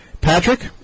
Patrick